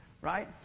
Right